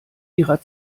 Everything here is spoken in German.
ihrer